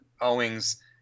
Owings –